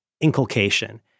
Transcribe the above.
inculcation